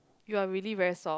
you are really very soft